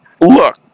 look